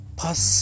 pass